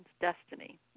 destiny